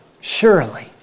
surely